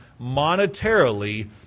monetarily